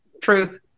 truth